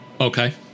Okay